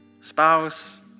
spouse